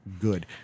good